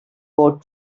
boat